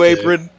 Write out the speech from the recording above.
Apron